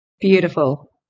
Beautiful